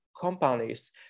companies